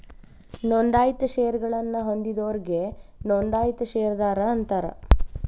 ನೋಂದಾಯಿತ ಷೇರಗಳನ್ನ ಹೊಂದಿದೋರಿಗಿ ನೋಂದಾಯಿತ ಷೇರದಾರ ಅಂತಾರ